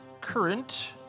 current